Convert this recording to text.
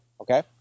Okay